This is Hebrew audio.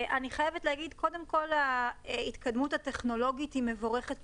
אני חייבת להגיד שההתקדמות הטכנולוגית היא מבורכת,